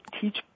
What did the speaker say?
teach